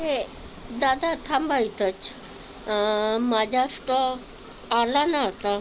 हे दादा थांबा इथंच माझा स्टॉप आला ना आता